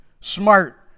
smart